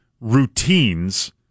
routines